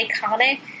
iconic